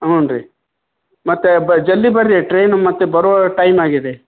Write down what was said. ಹ್ಞೂ ರಿ ಮತ್ತು ಬ ಜಲ್ದಿ ಬನ್ರಿ ಟ್ರೈನು ಮತ್ತು ಬರುವ ಟೈಮ್ ಆಗಿದೆ